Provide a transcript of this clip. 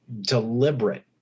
deliberate